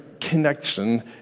connection